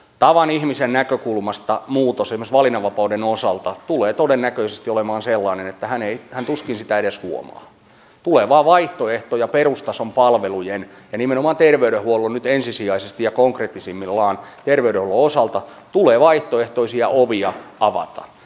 tavan ihmisen näkökulmasta muutos esimerkiksi valinnanvapauden osalta tulee todennäköisesti olemaan sellainen että hän tuskin sitä edes huomaa tulee vain vaihtoehtoja perustason palveluihin ja nimenomaan nyt ensisijaisesti ja konkreettisimmillaan terveydenhuollon osalta tulee vaihtoehtoisia ovia avata